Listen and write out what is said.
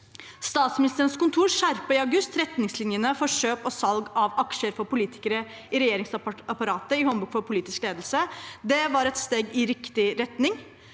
Statsministerens kontor skjerpet i august retningslinjene for kjøp og salg av aksjer for politikere i regjeringsapparatet i Håndbok for politisk ledelse. Det var et steg i riktig retning.